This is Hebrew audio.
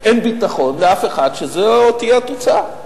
אין ביטחון לאף אחד שזאת תהיה התוצאה.